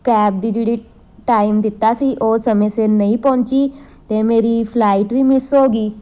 cab ਦੀ ਜਿਹੜੀ time ਦਿੱਤਾ ਸੀ ਉਹ ਸਮੇਂ ਸਿਰ ਨਹੀਂ ਪਹੁੰਚੀ ਅਤੇ ਮੇਰੀ ਫਲਾਈਟ ਵੀ ਮਿਸ ਹੋ ਗਈ